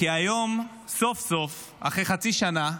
כי היום, סוף-סוף, אחרי חצי שנה,